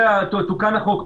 תוקן החוק.